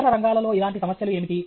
ఇతర రంగాలలో ఇలాంటి సమస్యలు ఏమిటి